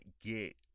get